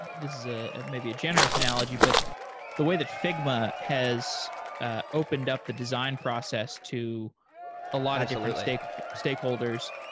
this is ah maybe a generous analogy, but the way that figma has ah opened up the design process to a lot of like stakeholders,